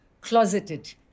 closeted